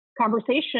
conversation